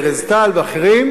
ארז טל ואחרים,